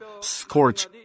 scorch